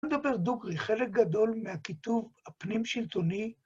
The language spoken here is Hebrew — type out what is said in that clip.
נדבר דוגרי. חלק גדול מהכיתוב הפנים-שלטוני.